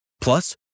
Plus